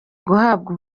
guhabwa